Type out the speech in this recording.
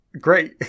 Great